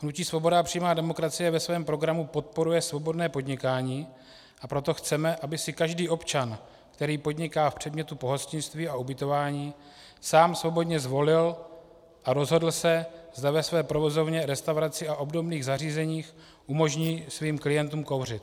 Hnutí Svoboda a přímá demokracie ve svém programu podporuje svobodné podnikání, a proto chceme, aby si každý občan, který podniká v předmětu pohostinství a ubytování, sám svobodně zvolil a rozhodl se, zda ve své provozovně, restauraci a obdobných zařízeních umožní svým klientům kouřit.